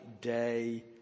day